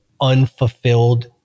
unfulfilled